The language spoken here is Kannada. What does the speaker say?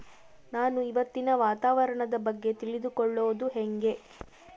ನಾನು ಇವತ್ತಿನ ವಾತಾವರಣದ ಬಗ್ಗೆ ತಿಳಿದುಕೊಳ್ಳೋದು ಹೆಂಗೆ?